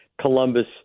Columbus